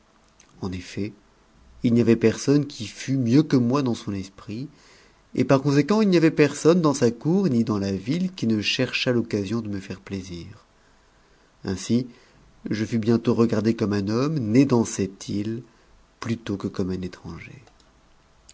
en effet ii n'y avait personne qui fut mieux que moi dans sou esprit et par conséquent il n'y avait personne dans sa cour ni dans la ville no cherchât l'occasion de me faire plaisir ainsi je fus bientôt regardé diurne un homme né dans cette me plutôt que comme un étranger